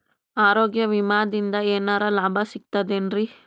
ಆರೋಗ್ಯ ವಿಮಾದಿಂದ ಏನರ್ ಲಾಭ ಸಿಗತದೇನ್ರಿ?